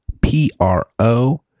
P-R-O